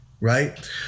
Right